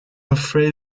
afraid